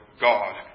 God